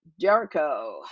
Jericho